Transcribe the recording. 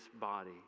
body